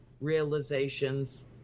realizations